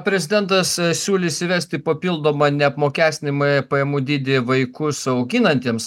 prezidentas siūlys įvesti papildomą neapmokestinamąjį pajamų dydį vaikus auginantiems